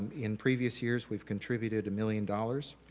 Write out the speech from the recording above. in previous years, we've contributed a million dollars.